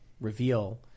reveal